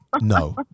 No